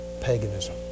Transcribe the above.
Paganism